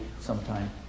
sometime